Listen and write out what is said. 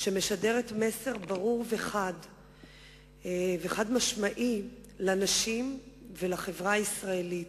שמשדרת מסר ברור וחד-משמעי לנשים ולחברה הישראלית: